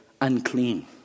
unclean